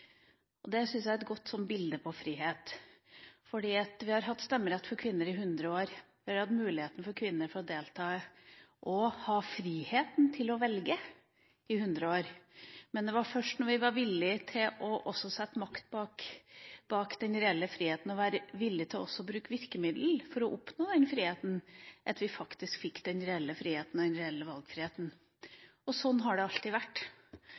Det syns jeg er et godt bilde på frihet. Vi har hatt stemmerett for kvinner i 100 år. Kvinner har hatt muligheten til å delta og friheten til å velge i 100 år. Men det var først da vi var villige til også å sette makt bak den reelle friheten og var villige til også å bruke virkemidler til å oppnå den friheten, at vi faktisk fikk den reelle valgfriheten. Sånn har det alltid vært, og Venstre har alltid vært